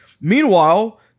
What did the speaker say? Meanwhile